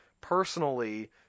personally